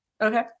Okay